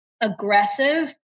aggressive